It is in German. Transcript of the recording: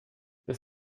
bis